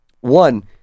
One